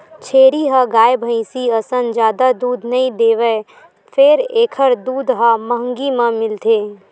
छेरी ह गाय, भइसी असन जादा दूद नइ देवय फेर एखर दूद ह महंगी म मिलथे